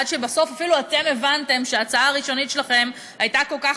עד שבסוף אפילו אתם הבנתם שההצעה הראשונית שלכם הייתה כל כך